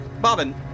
Bobbin